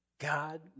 God